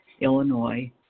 Illinois